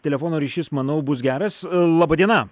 telefono ryšys manau bus geras laba diena